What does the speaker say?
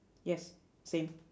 yes same